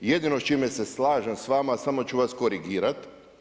Jedino s čime se slažem sa vama samo ću vas korigirati.